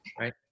right